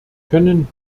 können